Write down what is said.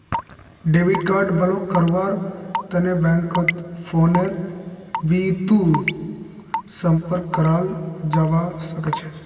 debit card block करव्वार तने बैंकत फोनेर बितु संपर्क कराल जाबा सखछे